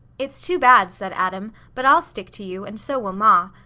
it's too bad, said adam, but i'll stick to you, and so will ma.